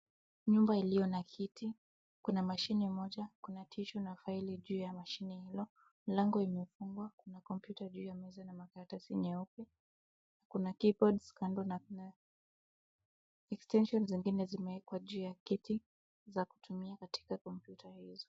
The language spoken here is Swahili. Nyumba iliyo na kiti, kuna mashine moja, kuna tissue na faili juu ya mashine hilo. Mlango imefungwa, kuna kompyuta juu ya meza na makaratasi nyeupe. Kuna keyboards kando na kuna extension zingine zimewekwa juu ya kiti za kutumia katika kompyuta hizo.